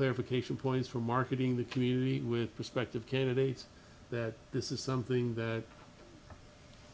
clarification points for marketing the community with prospective candidates that this is something that